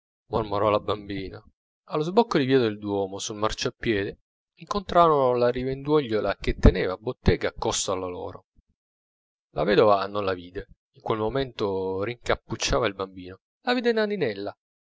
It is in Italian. mormorò la bambina allo sbocco di via del duomo sul marciapiedi incontrarono la rivendugliuola che teneva bottega accosto alla loro la vedova non la vide in quel momento rincappucciava il bambino la vide nanninella